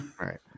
right